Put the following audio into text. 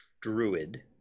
druid